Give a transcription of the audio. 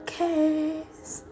case